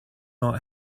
not